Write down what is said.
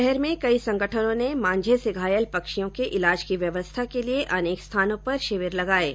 शहर में कई संगठनों ने मांझे से घायल पक्षियों के इलाज की व्यवस्था के लिए अनेक स्थानों पर शिविर लगाए गए